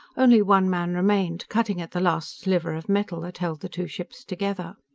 only one man remained, cutting at the last sliver of metal that held the two ships together.